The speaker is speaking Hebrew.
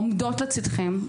עומדות לצידכם,